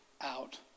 out